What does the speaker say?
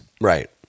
right